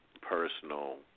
personal